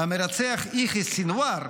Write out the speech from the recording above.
המרצח יחיא סנוואר,